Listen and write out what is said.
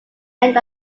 end